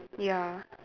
ya